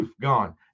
gone